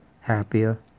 happier